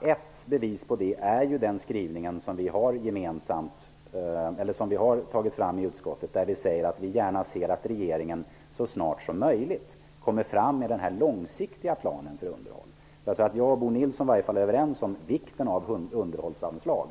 Ett bevis för detta är bl.a. den skrivning som utskottet har gjort. Vi säger att vi gärna ser att regeringen så snart som möjligt lägger fram den långsiktiga planen för underhåll. Jag och Bo Nilsson är i varje fall överens om vikten av underhållsanslag.